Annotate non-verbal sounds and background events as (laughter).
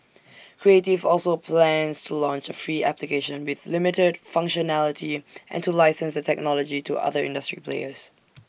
creative also plans to launch A free application with limited functionality and to license the technology to other industry players (noise)